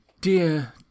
Dear